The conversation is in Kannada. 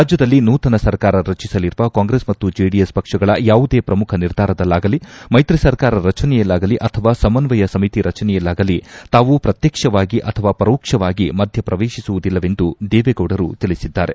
ರಾಜ್ಯದಲ್ಲಿ ನೂತನ ಸರ್ಕಾರ ರಟಿಸಲಿರುವ ಕಾಂಗ್ರೆಸ್ ಮತ್ತು ಚೆಡಿಎಸ್ ಪಕ್ಷಗಳ ಯಾವುದೇ ಪ್ರಮುಖ ನಿರ್ಧಾರದಲ್ಲಾಗಲಿ ಮೈತ್ರಿ ಸರ್ಕಾರ ರಚನೆಯಲ್ಲಾಗಲಿ ಅಥವಾ ಸಮಸ್ವಯ ಸಮಿತಿ ರಚನೆಯಲ್ಲಾಗಲಿ ತಾವು ಪ್ರತಕ್ಷವಾಗಿ ಅಥವಾ ಪರೋಕ್ಷವಾಗಿ ಮಧ್ಯಪ್ರವೇತಿಸುವುದಿಲ್ಲವೆಂದು ದೇವೇಗೌಡರು ತಿಳಿಸಿದ್ದಾರೆ